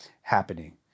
happening